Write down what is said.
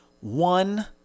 one